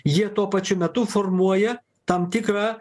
jie tuo pačiu metu formuoja tam tikrą